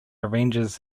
arranges